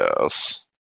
yes